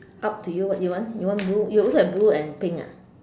up to you what you want you want blue you also have blue and pink ah